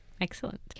Excellent